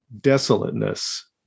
desolateness